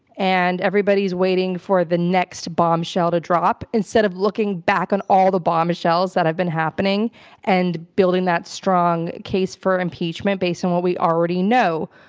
and everybody's waiting for the next bombshell to drop instead of looking back on all the bombshells that have been happening and building that strong case for impeachment based on what we already know.